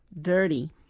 dirty